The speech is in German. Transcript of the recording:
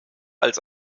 als